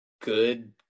Good